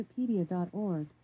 Wikipedia.org